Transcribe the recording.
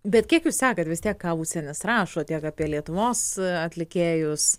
bet kiek jūs sekat vis tiek ką užsienis rašo tiek apie lietuvos atlikėjus